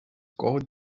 god